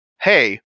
hey